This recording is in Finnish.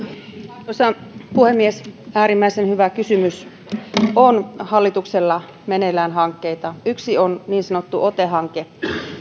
arvoisa puhemies äärimmäisen hyvä kysymys on hallituksella meneillään hankkeita yksi on niin sanottu ote hanke